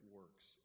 works